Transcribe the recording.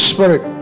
Spirit